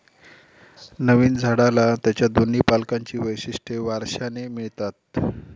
नवीन झाडाला त्याच्या दोन्ही पालकांची वैशिष्ट्ये वारशाने मिळतात